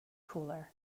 cooler